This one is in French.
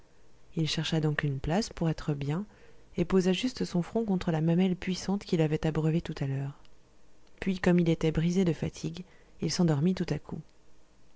il chercha donc une place pour être bien et posa juste son front contre la mamelle puissante qui l'avait abreuvé tout à l'heure puis comme il était brisé de fatigue il s'endormit tout à coup